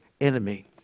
enemy